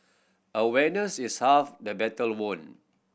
awareness is half the battle won